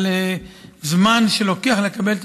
על זמן שלוקח לקבל תשמ"ש,